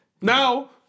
Now